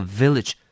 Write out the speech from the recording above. village